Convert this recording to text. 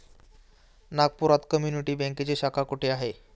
नागपुरात कम्युनिटी बँकेची शाखा कुठे आहे?